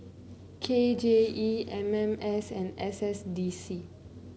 K J E M M S and S S D C